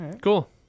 cool